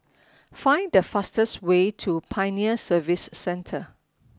find the fastest way to Pioneer Service Centre